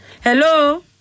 Hello